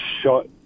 shot